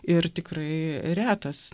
ir tikrai retas